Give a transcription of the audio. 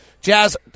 Jazz